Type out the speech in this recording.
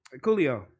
Coolio